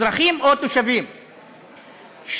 אזרחים או תושבים שלמדו